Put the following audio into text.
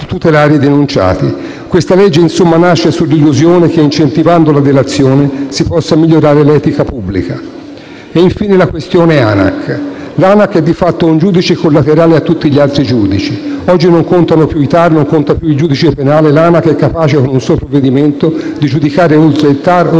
tutelare i denunciati. Questo disegno di legge nasce sull'illusione che, incentivando la delazione, si possa migliorare l'etica pubblica. Infine, la questione ANAC. L'ANAC è di fatto un giudice collaterale a tutti gli altri giudici. Oggi non contano più i TAR, non conta più il giudice penale; l'ANAC è capace, con un suo provvedimento, di giudicare oltre i TAR,